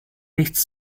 nichts